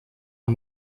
amb